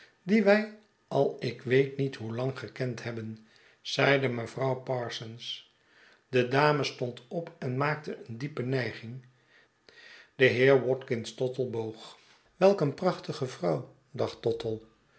dien wij al ik weet niet hoe lang gekend hebben zeide mevrouw parsons de dame stond op en maakte een diepe nijging de heer watkins tottle boog welk een prachtige vrouw dacht tottle